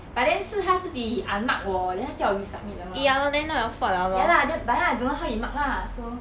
but then 是他自己 unmark 我 then 他叫我 resubmit 的 mah ya lah then but then I don't know how he mark ah so